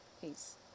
peace